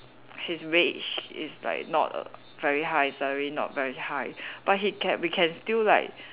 his wage is like not very high salary not very high but he can we can still like